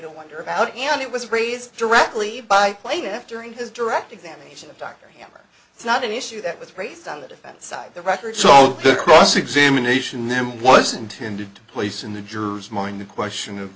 to wonder about and it was raised directly by plane after in his direct examination of dr hammer it's not an issue that was raised on the defense side the records all the cross examination there was intended to place in the jurors mind the question of